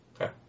Okay